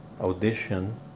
audition